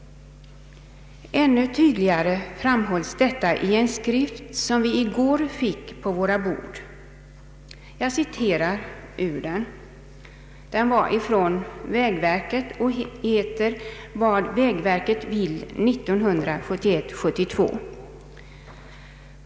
Ännu tydligare framhålls detta i en skrift som vi i går fick på våra bord. Den är från vägverket och heter ”Vad vägverket vill 1971—72”.